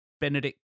benedict